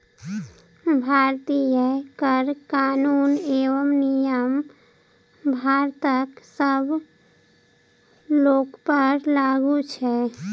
भारतीय कर कानून एवं नियम भारतक सब लोकपर लागू छै